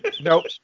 Nope